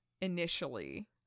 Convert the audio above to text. initially